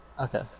Okay